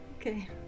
okay